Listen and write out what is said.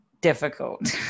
difficult